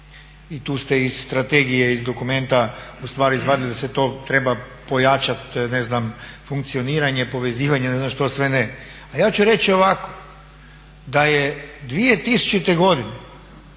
I tu ste iz strategije, iz dokumenta ustvari izvadili da se to treba pojačat funkcioniranje, povezivanje, ne znam što sve ne. A ja ću reći ovako, da je 2000. godine